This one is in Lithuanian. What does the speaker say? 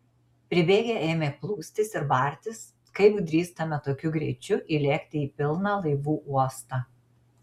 pribėgę ėmė plūstis ir bartis kaip drįstame tokiu greičiu įlėkti į pilną laivų uostą